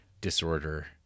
disorder